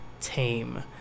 tame